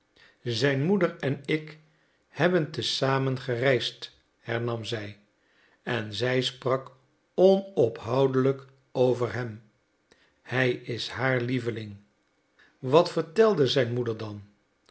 zijn moeder en ik hebben te zamen gereisd hernam zij en zij sprak onophoudelijk over hem hij is haar lieveling wat vertelde zijn moeder dan